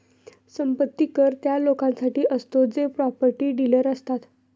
संपत्ती कर त्या लोकांसाठी असतो जे प्रॉपर्टी डीलर असतात